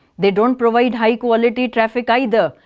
they don't provide high quality traffic either.